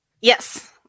Yes